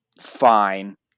fine